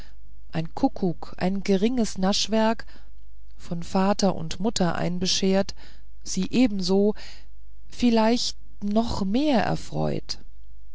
ein kuckuck ein geringes naschwerk von vater und mutter einbeschert sie ebenso ja vielleicht noch mehr erfreut